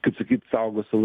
kaip sakyt saugo savo